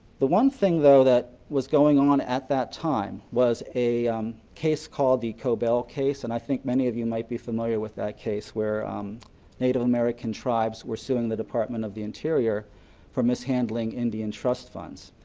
the one thing though that was going on at that time was a case called the cobell case, and i think many of you might be familiar with that case where native american tribes were suing the department of the interior for mishandling mishandling indian trust funds.